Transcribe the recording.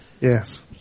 Yes